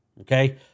Okay